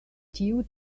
tiu